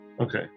Okay